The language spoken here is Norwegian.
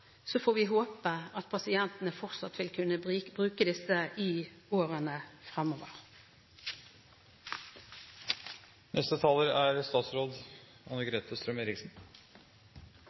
får vi håpe, fortsatt kunne bruke disse i årene fremover. Jeg er